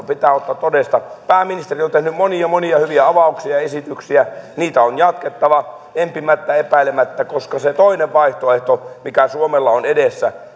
pitää ottaa todesta pääministeri on tehnyt monia monia hyviä avauksia ja esityksiä niitä on jatkettava empimättä epäilemättä koska se toinen vaihtoehto mikä suomella on edessä